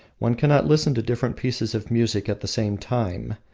one cannot listen to different pieces of music at the same time,